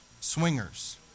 swingers